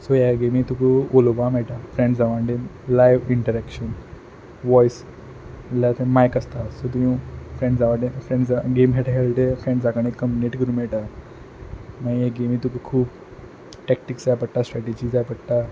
so ह्या गेमी तुका उलोपा मेयटा फ्रेंड्सां वटेन लायव इनटरेक्शन लायक मायक आसता सो तूं फ्रेंड्सा फ्रेंड्सा कडेन गेम खेयटा खेयटा फ्रेंड्सा कडेन कम्युनिकेट करूंक मेयटा मागीर ह्या गेमीन तुका खूब टॅकटिक्स जाय पडटा स्ट्रेटजी जाय पडटा